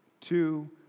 two